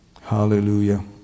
Hallelujah